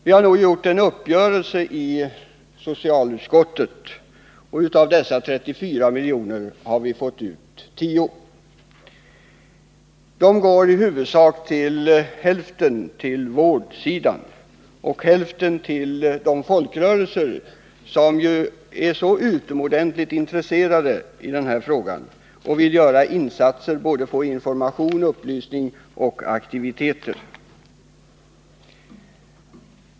Vi har träffat en uppgörelse i socialutskottet och av dessa 34 milj.kr. fått ut 10 milj.kr. Den ena hälften av det beloppet går till vårdsidan och den andra hälften till de folkrörelser som ju är så utomordentligt intresserade av den här frågan och som vill göra insatser beträffande såväl information och upplysning som aktiviteter.